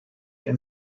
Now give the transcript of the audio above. and